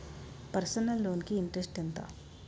Personal loan కి interest ఎంత?